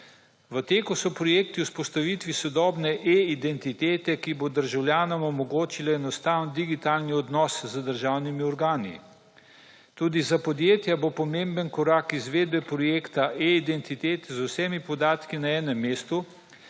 V teku so projekti o vzpostavitvi sodobne e-identitete, ki bo državljanom omogočile enostaven digitalni odnos z državnimi organi. Tudi za podjetja bo pomemben korak izvedbe projekta e-identitet z vsemi podatki na enem mestu,